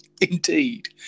indeed